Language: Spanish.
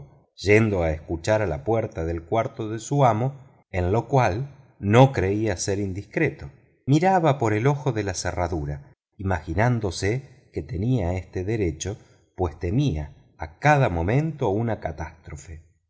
yendo a escuchar a la puerta de su amo en lo cual no creía ser indiscreto miraba por el ojo de la cerradura imaginándose que tenía este derecho pues temía a cada momento una catástrofe